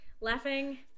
laughing